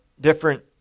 different